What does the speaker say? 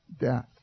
death